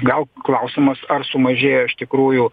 gal klausimas ar sumažėjo iš tikrųjų